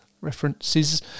references